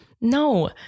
No